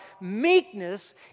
Meekness